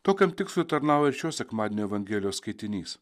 tokiam tikslui tarnauja šio sekmadienio evangelijos skaitinys